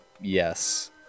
yes